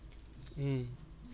mm